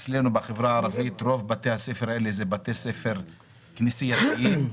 עיוות היסטורי שהכספים האלה בכלל כספים קואליציוניים.